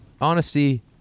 Honesty